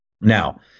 Now